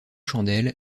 chandelles